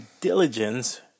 diligence